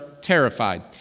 terrified